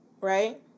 right